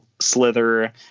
Slither